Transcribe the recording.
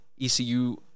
ECU